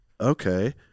okay